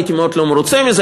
הייתי מאוד לא מרוצה מזה,